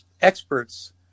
experts